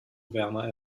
werner